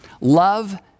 love